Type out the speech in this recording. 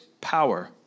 power